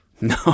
no